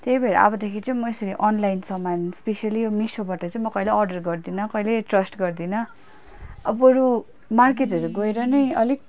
त्यही भएर अबदेखि चाहिँ म यसरी अनलाइन सामान इस्पेसियली यो मिसोबाट चाहिँ कहिले अर्डर गर्दिनँ कहिले ट्रस्ट गर्दिनँ बरू मार्केटहरू गएर नै अलिक